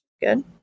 good